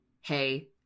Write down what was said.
hey